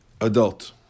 adult